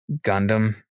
Gundam